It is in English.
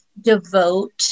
devote